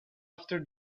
after